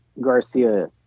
Garcia